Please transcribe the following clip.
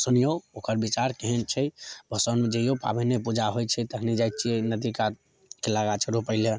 सुनिऔ ओकर विचार केहन छै भसाउनमे जइऔ पाबैने पूजा होइ छै तखने जाइ छिए नदी कात केला गाछ रोपैले